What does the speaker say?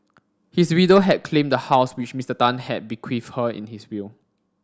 his widow had claimed the house which Mister Tan had bequeathed her in his will